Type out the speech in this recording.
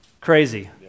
crazy